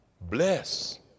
Bless